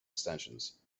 extensions